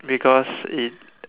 because it